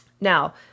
Now